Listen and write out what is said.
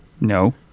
No